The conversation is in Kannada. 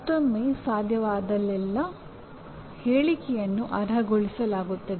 ಮತ್ತೊಮ್ಮೆ ಸಾಧ್ಯವಾದಾಗಲೆಲ್ಲಾ ಹೇಳಿಕೆಯನ್ನು ಅರ್ಹಗೊಳಿಸಲಾಗುತ್ತದೆ